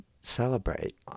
celebrate